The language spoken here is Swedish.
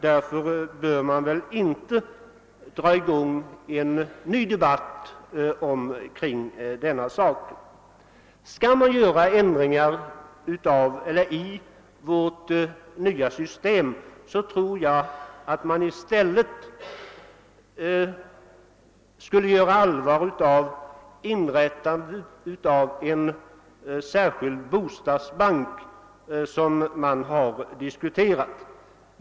Därför bör man väl inte dra i gång en ny debatt kring den saken. Skall man företa ändringar i det nya systemet tror jag att man i stället borde göra allvar av idén om inrättandet av en särskild bostadsbank, som ju har diskuterats.